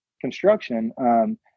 construction